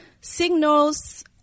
signals